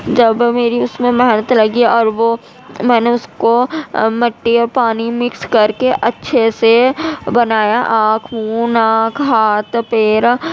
جب میری اس میں محنت لگی اور وہ میں نے اس کو مٹی اور پانی مکس کر کے اچھے سے بنایا آنکھ منہ ناک ہاتھ پیر